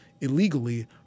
illegally